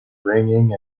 ringing